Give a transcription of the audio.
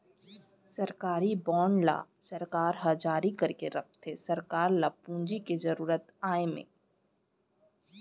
सरकारी बांड ल सरकार ह जारी करथे सरकार ल पूंजी के जरुरत आय म